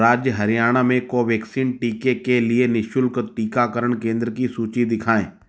राज्य हरियाणा में कोवैक्सीन टीके के लिए निःशुल्क टीकाकरण केंद्र की सूची दिखाएँ